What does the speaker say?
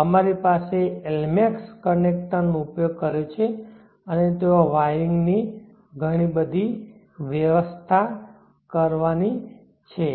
અમારી પાસે એલ્મેક્સ કનેક્ટરનો ઉપયોગ કર્યો છે અને ત્યાં વાયરિંગની ઘણી બધી વ્યવસ્થા કરવાની છે